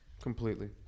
Completely